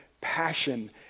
passion